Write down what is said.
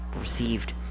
received